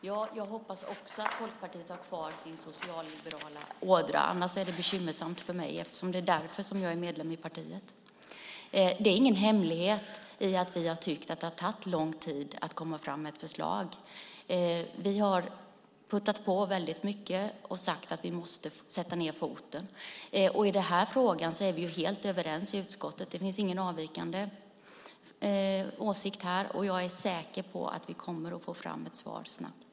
Fru talman! Också jag hoppas att Folkpartiet har kvar sin socialliberala ådra. Annars är det bekymmersamt för mig, eftersom det är därför jag är medlem i partiet. Det är ingen hemlighet att vi har tyckt att det har tagit lång tid att komma fram med ett förslag. Vi har puttat på väldigt mycket och sagt att vi måste sätta ned foten. I den här frågan är vi helt överens i utskottet. Det finns ingen avvikande åsikt. Jag är säker på att vi kommer att få fram ett svar snabbt.